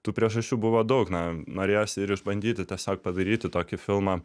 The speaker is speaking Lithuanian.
tų priežasčių buvo daug na norėjosi ir išbandyti tiesiog padaryti tokį filmą